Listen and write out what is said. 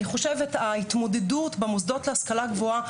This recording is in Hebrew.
ההתמודדות במוסדות להשכלה גבוהה,